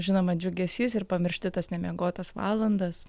žinoma džiugesys ir pamiršti tas nemiegotas valandas